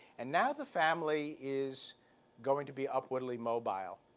and now the family is going to be upwardly mobile.